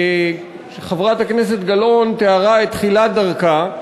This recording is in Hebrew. חברת הכנסת גלאון תיארה את תחילת דרכה.